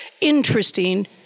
interesting